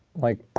like,